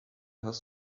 hast